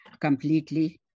completely